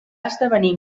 esdevenir